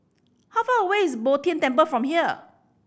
how far away is Bo Tien Temple from here